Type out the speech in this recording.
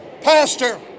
pastor